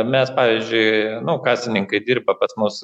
mes pavyzdžiui nu kasininkai dirba pas mus